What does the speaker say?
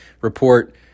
report